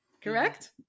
correct